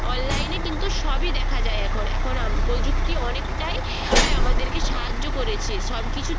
অনলাইনে কিন্তু সবই দেখা যায় এখন এখন প্রযুক্তি অনেকটাই আই আমাদের সাহায্য করেছে সব কিছুর